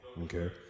okay